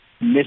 miss